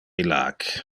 illac